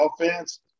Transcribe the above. offense